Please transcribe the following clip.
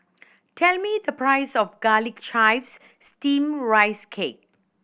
tell me the price of Garlic Chives Steamed Rice Cake